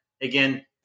Again